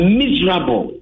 miserable